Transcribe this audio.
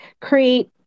create